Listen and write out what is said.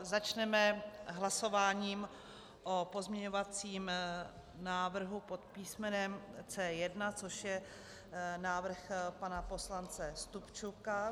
Začneme hlasováním o pozměňovacím návrhu pod písmenem C1, což je návrh pana poslance Stupčuka.